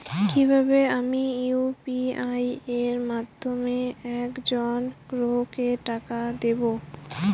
কিভাবে আমি ইউ.পি.আই এর মাধ্যমে এক জন গ্রাহককে টাকা দেবো?